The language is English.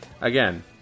again